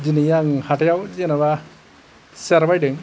दिनै आङो हाथाइयाव जेन'बा सियार बायदों